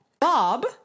Bob